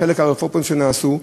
בחלק מהרפורמות שנעשו,